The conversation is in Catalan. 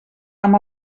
amb